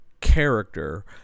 character